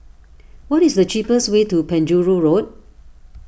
what is the cheapest way to Penjuru Road